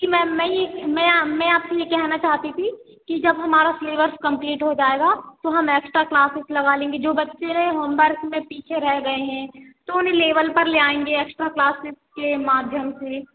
जी ma'am मैं ही मैं आ मैं आपसे यह कहना चाहती थी कि जब हमारा सिलेबस कम्प्लीट हो जाएगा तो हम एक्स्ट्रा क्लासेस लगा लेंगे जो बच्चे होमबर्क में पीछे रह गए हैं तो उन्हें लेबल पर ले आएँगे एक्स्ट्रा क्लासेस के माध्यम से